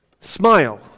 smile